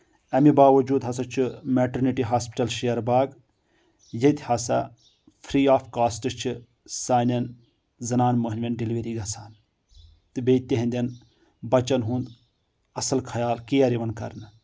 اَمہِ باوجوٗد ہسا چھُ میٹرنٹی ہاسپِٹل شیر باغ ییٚتہِ ہسا فری آف کاسٹ چھِ سانؠن زنان مٔہنوؠن ڈیٚلؤری گژھان تہٕ بیٚیہِ تِہنٛدؠن بچن ہُنٛد اَصٕل خیال کیر یِوان کرنہٕ